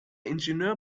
ingenieur